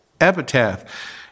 epitaph